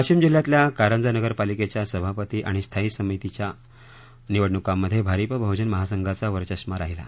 वाशिम जिल्ह्यातल्या कारंजा नगर पालिकंख्या सभापती आणि स्थायी समितीच्या निवडणुकांमध्ये भारिप बहुजन महासंघाचा वरचष्मा राहिला